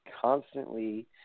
constantly